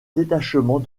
détachement